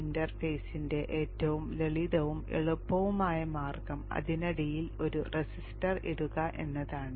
ഇന്റർഫേസിന്റെ ഏറ്റവും ലളിതവും എളുപ്പവുമായ മാർഗ്ഗം അതിനിടയിൽ ഒരു റെസിസ്റ്റർ ഇടുക എന്നതാണ്